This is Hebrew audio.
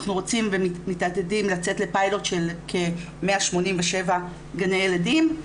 אנחנו רוצים ומתעתדים לצאת לפיילוט של כ-187 גני ילדים.